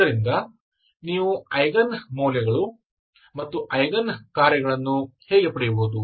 ಆದ್ದರಿಂದ ನೀವು ಐಗನ್ ಮೌಲ್ಯಗಳು ಮತ್ತು ಐಗನ್ ಕಾರ್ಯಗಳನ್ನು ಹೇಗೆ ಪಡೆಯಬಹುದು